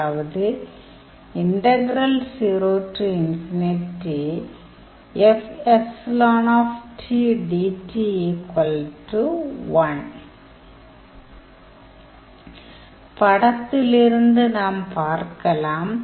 அதாவது படத்திலிருந்து நாம் பார்க்கலாம்